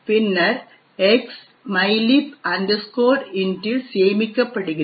பின்னர் X mylib int இல் சேமிக்கப்படுகிறது